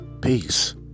Peace